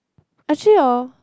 actually orh